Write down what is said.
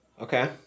Okay